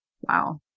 Wow